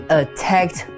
attacked